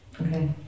Okay